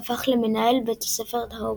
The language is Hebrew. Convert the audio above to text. והפך למנהל בית ספר הוגוורטס.